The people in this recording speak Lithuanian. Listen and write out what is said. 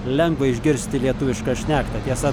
lengva išgirsti lietuvišką šneką tiesa